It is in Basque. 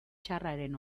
txarraren